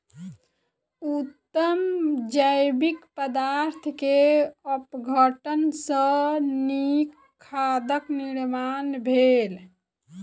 उत्तम जैविक पदार्थ के अपघटन सॅ नीक खादक निर्माण भेल